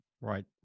Right